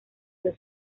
los